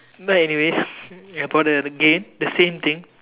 but anyways I bought another game the same thing